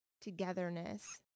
togetherness